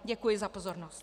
Děkuji za pozornost.